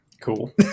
Cool